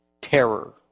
terror